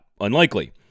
Unlikely